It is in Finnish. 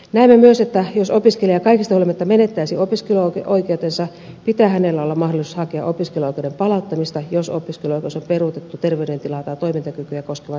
näemme myös että jos opiskelija kaikesta huolimatta menettäisi opiskeluoikeutensa pitää hänellä olla mahdollisuus hakea opiskeluoikeuden palauttamista jos opiskeluoikeus on peruutettu terveydentilaa tai toimintakykyä koskevan seikan vuoksi